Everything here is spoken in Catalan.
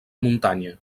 muntanya